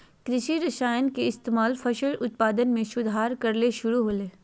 कृषि रसायन के इस्तेमाल फसल उत्पादन में सुधार करय ले शुरु होलय हल